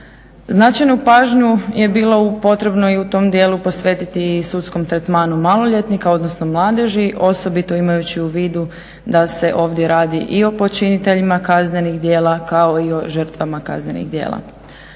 Značajnu pažnju je bila potrebna i u tom dijelu posvetiti sudskom tretmanu maloljetnika odnosno mladeži osobito imajući u vidu da se ovdje radi i o počiniteljima kaznenih djela kao i o žrtvama kaznenih djela.